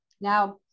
Now